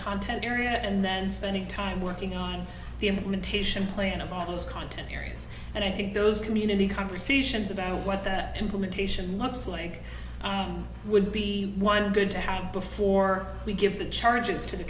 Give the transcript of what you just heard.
content area and then spending time working on the in the mentation plan of all those content areas and i think those community conversations about what the implementation looks like would be one good to have before we give the charges to the